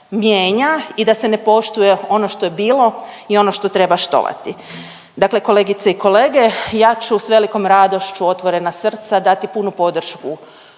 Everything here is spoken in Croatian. i da se ne poštuje ono što je bilo i ono što treba štovati. Dakle, kolegice i kolege ja ću s velikom radošću otvorena srca dati punu podršku